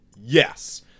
yes